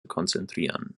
konzentrieren